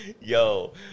Yo